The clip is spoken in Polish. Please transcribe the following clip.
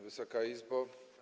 Wysoka Izbo!